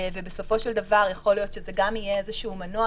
בסופו של דבר יכול להיות שזה גם יהיה איזשהו מנוע,